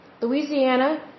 Louisiana